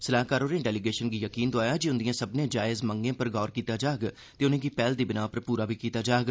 सलाहकार होरें डेलीगेशन गी यकीन दोआया जे उंदिएं सब्मने जायज मंगें पर गौर कीता जाग ते उनें'गी पैह्ल दी बिनाह् पर पूरा बी कीता जाग